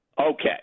Okay